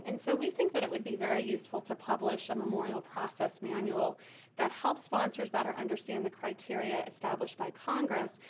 and so, we think that it would be very useful to publish a memorial process manual that helps sponsors better understand the criteria established by congress,